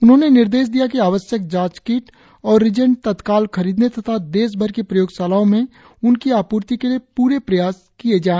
उन्होंने निर्देश दिया कि आवश्यक जांच किट और रीजेंट तत्काल खरीदने तथा देशभर की प्रयोगशालाओं में उनकी आपूर्ति के लिए पूरे प्रयास किए जाएं